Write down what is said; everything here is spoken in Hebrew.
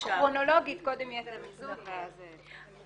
כרונולוגית קודם יהיה את המיזוג ואז.